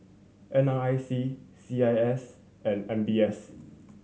N R I C C I S and M B S